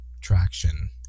traction